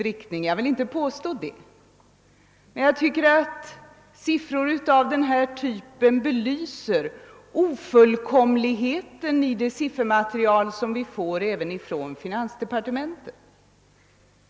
Jag vill alltså inte påstå att siffrorna alltid pekar i samma riktning, men de belyser ofullkomligheten i det siffermaterial som vi får även från finansdepartementet.